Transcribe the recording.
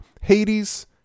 Hades